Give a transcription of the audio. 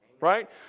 right